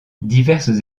diverses